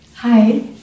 Hi